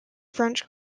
french